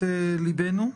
לבנו?